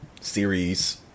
series